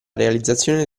realizzazione